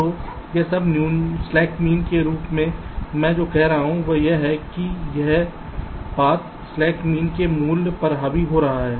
तो यह सब स्लैक मीन के रूप में मैं जो कह रहा हूं वह यह है कि यह मार्ग स्लैक मीन के मूल्य पर हावी हो रहा है